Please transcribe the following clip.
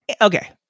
Okay